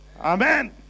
Amen